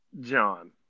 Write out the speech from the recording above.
John